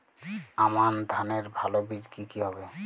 আমান ধানের ভালো বীজ কি কি হবে?